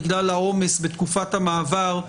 בגלל העומס בתקופת המעבר,